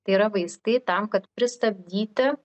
tai yra vaistai tam kad pristabdyti